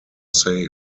sale